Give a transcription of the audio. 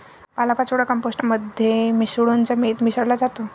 पालापाचोळा कंपोस्ट मध्ये मिसळून जमिनीत मिसळला जातो